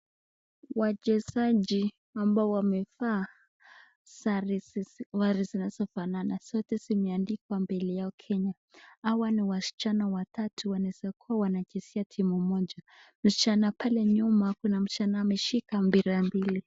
Wachezaji ambao wamevaa sare zinazofanana zote zimeandikwa mbele yao Kenya. Hawa ni wasichana watatu wanaoweza kuwa wanachezea timu moja na pale nyuma kuna msichana ameshika mpira mbili.